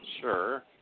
Sure